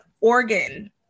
organ